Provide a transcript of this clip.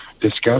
discuss